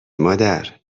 مادر